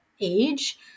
age